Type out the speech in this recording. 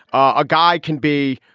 a guy can be,